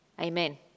Amen